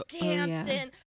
dancing